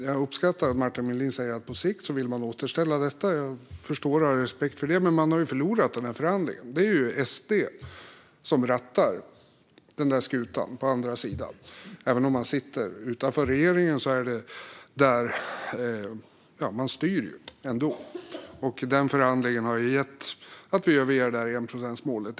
Jag uppskattar att Martin Melin säger att man på sikt vill återställa detta. Jag förstår och har respekt för det, men man har ju förlorat den här förhandlingen. Det är ju SD som rattar skutan på andra sidan. Även om de sitter utanför styr de ändå, och den förhandlingen har alltså gett att vi överger enprocentsmålet.